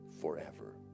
forever